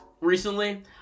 Recently